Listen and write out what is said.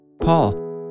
Paul